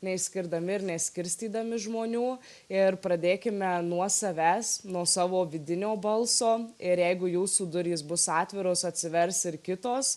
neišskirdami ir neskirstydami žmonių ir pradėkime nuo savęs nuo savo vidinio balso ir jeigu jūsų durys bus atviros atsivers ir kitos